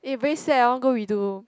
eh very sad hor go redo